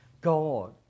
God